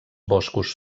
boscos